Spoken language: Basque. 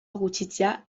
gutxitzea